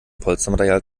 polstermaterial